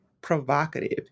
provocative